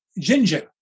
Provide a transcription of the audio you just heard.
ginger